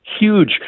huge